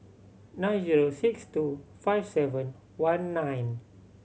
nine zero six two five seven one nine